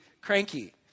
cranky